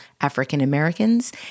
African-Americans